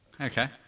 Okay